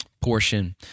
portion